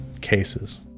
cases